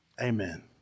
Amen